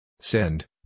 Send